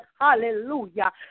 hallelujah